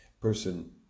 person